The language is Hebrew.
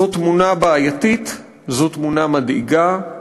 זו תמונה בעייתית, זו תמונה מדאיגה.